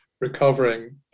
recovering